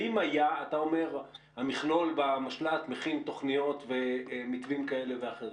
אתה אומר שהמכלול במשל"ט מכין תוכניות ומתווים כאלה ואחרים.